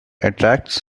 attracts